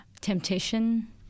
temptation